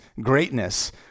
greatness